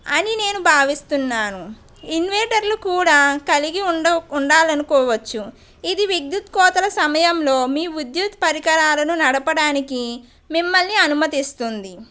అని నేను భావిస్తున్నాను ఇన్వేంటర్లు కూడా కలిగి ఉండ ఉండాలనుకోవచ్చు ఇది విద్యుత్ కోతల సమయంలో మీ విద్యుత్ పరికరాలను నడపడానికి మిమ్మలని అనుమతిస్తుంది